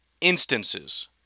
instances